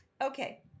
okay